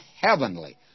heavenly